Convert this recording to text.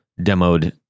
demoed